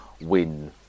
win